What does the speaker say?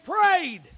prayed